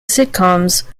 sitcoms